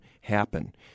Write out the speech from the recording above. happen